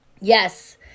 Yes